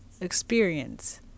experience